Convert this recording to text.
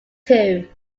two